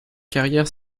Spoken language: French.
carrière